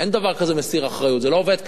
אין דבר כזה מסיר אחריות, זה לא עובד ככה.